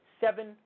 seven